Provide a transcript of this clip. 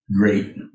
great